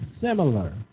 similar